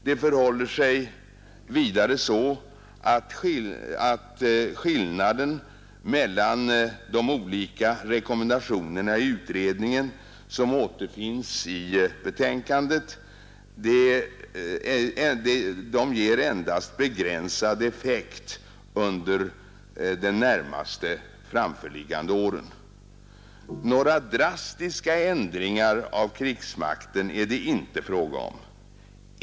Det förhåller sig vidare så att skillnaden mellan de olika rekommendationerna i utredningen som återfinnes i betänkandet endast ger begränsad effekt under de närmast framförliggande åren. Några drastiska ändringar av krigsmakten är det inte fråga om.